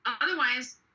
Otherwise